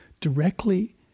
directly